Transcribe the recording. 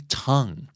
tongue